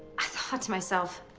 i thought to myself,